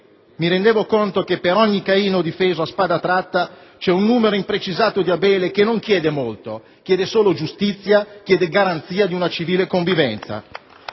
mi rendevo conto che per ogni Caino difeso a spada tratta c'è un numero imprecisato di Abele che non chiede molto, ma solo giustizia e garanzia di una civile convivenza.